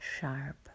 sharp